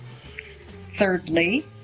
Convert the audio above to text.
Thirdly